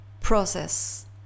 process